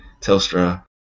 Telstra